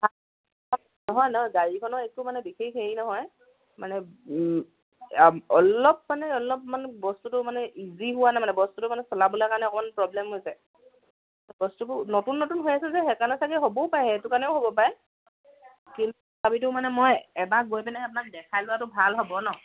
নহয় নহয় গাড়ীখনৰ একো মানে বিশেষ হেৰি নহয় মানে অলপ মানে অলপ মানে বস্তুটো মানে ইজি হোৱা নাই মানে বস্তুটো মানে চলাবলে কাৰণে অকণ প্ৰব্লেম গৈছে বস্তুটো নতুন নতুন হৈ আছে যে সেইকাৰণে চাগে হ'বও পাৰে সেইটো কাৰণেও হ'ব পাৰে কিন্তু মানে মই এবাৰ গৈ আপোনাক দেখাই লোৱাটো ভাল হ'ব ন